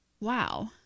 wow